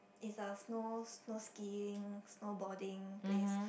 is a snow snow skiing snowboarding place